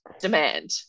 demand